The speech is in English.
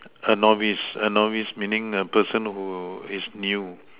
a novice a novice meaning a person who is new